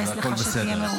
אני אאפס לך, שתהיה מרוצה.